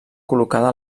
col·locada